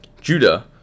Judah